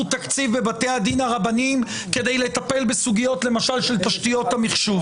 תקציב בבתי הדין הרבניים כדי לטפל בסוגיות של תשתיות המחשוב.